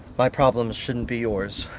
my problems shouldn't be yours.